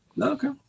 Okay